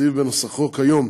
הסעיף בנוסחו כיום